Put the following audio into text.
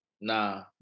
Nah